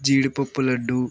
జీడిపప్పు లడ్డు